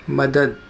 مدد